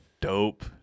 dope